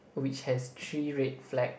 which has three red flag